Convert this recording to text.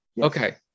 Okay